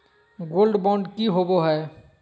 Gold bond की होबो है?